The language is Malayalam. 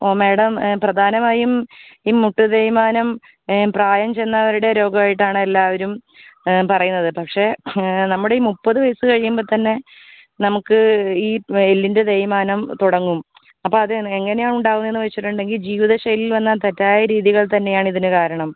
ഓ മാഡം പ്രധാനമായും ഈ മുട്ട് തേയ്മാനം പ്രായം ചെന്നവരുടെ രോഗം ആയിട്ട് ആണ് എല്ലാവരും പറയുന്നത് പക്ഷേ നമ്മുടെ ഈ മുപ്പത് വയസ്സ് കഴിയുമ്പോൾത്തന്നെ നമുക്ക് ഈ എല്ലിൻ്റെ തേയ്മാനം തുടങ്ങും അപ്പോൾ അത് എങ്ങനെയാ ഉണ്ടാകുന്നേന്ന് വെച്ചിട്ട് ഉണ്ടെങ്കിൽ ജീവിത ശൈലിയിൽ വന്ന തെറ്റായ രീതികൾ തന്നെ ആണ് ഇതിന് കാരണം